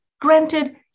granted